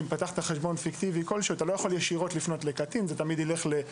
אם פתחת חשבון פיקטיבי כלשהו אתה לא יכול ישירות לפנות לקטין אם אתה